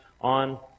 on